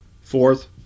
Fourth